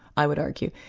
i would argue.